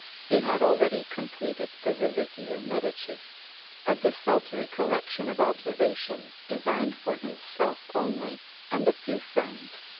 he had already completed the religio medici a desultory collection of observations designed for himself only and a few friends,